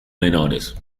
menores